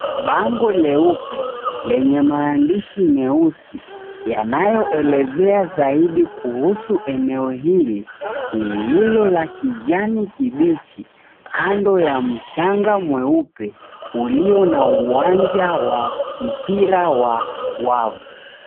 Bango leupe lenye maandishi meusi, yanayoelezea zaidi kuhusu eneo hili lilo la kijani kibichi kando ya mchanga mweupe ulio na uwanja wa mpira wa wavu.